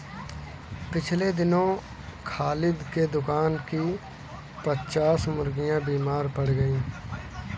पिछले दिनों खालिद के दुकान की पच्चास मुर्गियां बीमार पड़ गईं